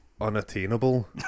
unattainable